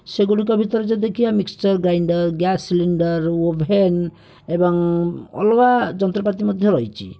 ସେଗୁଡ଼ିକ ଭିତରେ ଯଦି ଦେଖିବା mixer grinder gas cylinder oven ଏବଂ ଅଲଗା ଯନ୍ତ୍ରପାତି ମଧ୍ୟ ରହିଛି